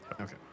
Okay